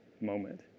moment